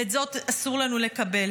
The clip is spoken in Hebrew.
ואת זאת אסור לנו לקבל.